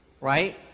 right